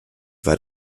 war